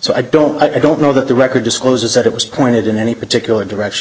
so i don't i don't know that the record discloses that it was pointed in any particular direction